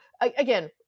again